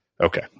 Okay